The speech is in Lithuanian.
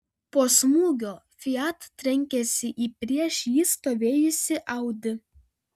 po smūgio fiat trenkėsi į prieš jį stovėjusį audi